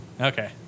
Okay